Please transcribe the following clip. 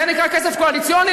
זה נקרא כסף קואליציוני?